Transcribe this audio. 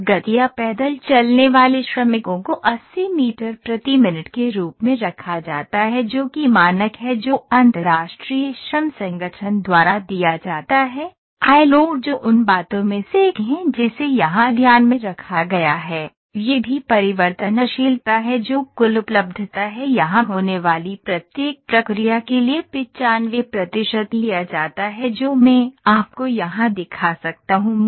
और गति या पैदल चलने वाले श्रमिकों को 80 मीटर प्रति मिनट के रूप में रखा जाता है जो कि मानक है जो अंतर्राष्ट्रीय श्रम संगठन द्वारा दिया जाता है ILO जो उन बातों में से एक है जिसे यहां ध्यान में रखा गया है यह भी परिवर्तनशीलता है जो कुल उपलब्धता है यहां होने वाली प्रत्येक प्रक्रिया के लिए 95 प्रतिशत लिया जाता है जो मैं आपको यहां दिखा सकता हूं